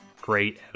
great